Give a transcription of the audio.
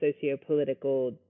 socio-political